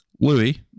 Louis